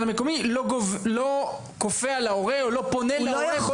המקומי לא כופה על ההורה או לא פונה להורה.